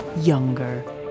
younger